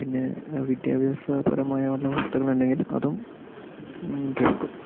പിന്നെ വിദ്യാഭ്യാസപരമായ വല്ല വാർത്തകൾ ഉണ്ടെങ്കിൽ അതും കേൾക്കും